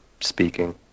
speaking